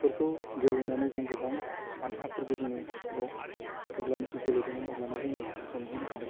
बेफोरखौ गेलेनानै जों गोबां बान्थाफोरबो जोङो स्कुलाव जेब्लानाखि गेलेदोंमोन अब्लाना जोङो मोनबोनो हादों